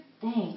thanks